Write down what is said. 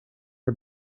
are